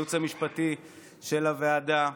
לייעוץ המשפטי של הוועדה,